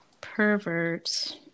Perverts